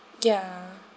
ya